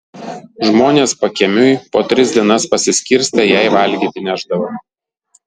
žmonės pakiemiui po tris dienas pasiskirstę jai valgyti nešdavo